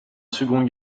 seconde